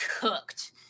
cooked